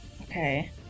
Okay